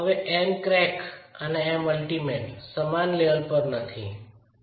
M crack અને M u સમાન level પર નથી